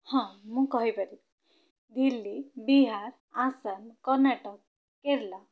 ହଁ ମୁଁ କହିପାରିବି ଦିଲ୍ଲୀ ବିହାର ଆସାମ କର୍ଣ୍ଣାଟକ କେରଳ